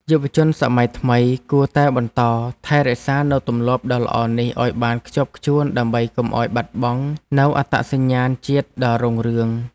យុវជនសម័យថ្មីគួរតែបន្តថែរក្សានូវទម្លាប់ដ៏ល្អនេះឱ្យបានខ្ជាប់ខ្ជួនដើម្បីកុំឱ្យបាត់បង់នូវអត្តសញ្ញាណជាតិដ៏រុងរឿង។